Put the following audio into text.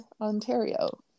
Ontario